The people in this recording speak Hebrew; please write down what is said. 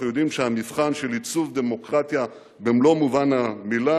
אנחנו יודעים שהמבחן של עיצוב דמוקרטיה במלוא מובן המלה,